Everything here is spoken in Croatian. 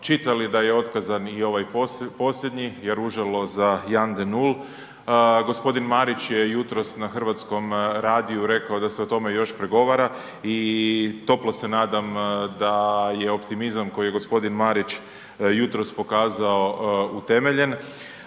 čitali da je otkazan i ovaj posljednji jaružilo za Jan de Nul, gospodin Marić je jutros na Hrvatskom radiju rekao da se o tome još pregovara i toplo se nadam da je optimizam koji je gospodin Marić jutros pokazao utemeljen,